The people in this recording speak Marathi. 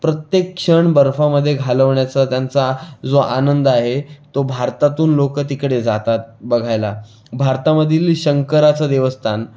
प्रत्येक क्षण बर्फामध्ये घालवण्याचा त्यांचा जो आनंद आहे तो भारतातून लोकं तिकडे जातात बघायला भारतामधील शंकराचं देवस्थान